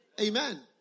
Amen